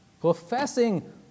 professing